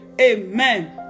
amen